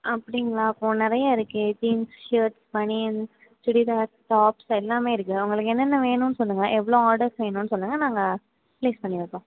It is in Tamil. அப்படிங்களா அப்போ நிறையா இருக்கே jeans shirt banian churidar tops எல்லாமே இருக்கு உங்களுக்கு என்னென்ன வேணும்ன்னு சொல்லுங்கள் எவ்வளோ ஆர்டர்ஸ் வேணும்ன்னு சொல்லுங்கள் நாங்கள் ப்ளேஸ் பண்ணிவிட்றோம்